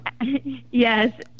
yes